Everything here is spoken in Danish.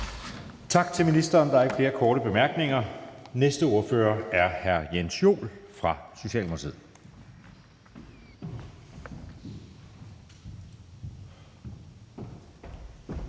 Tak til ministeren. Der er ikke flere korte bemærkninger. Den næste ordfører er hr. Jens Joel fra Socialdemokratiet.